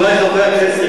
חברי חברי הכנסת,